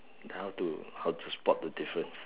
how to how to spot the difference